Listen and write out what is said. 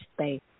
space